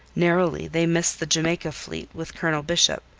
narrowly they missed the jamaica fleet with colonel bishop,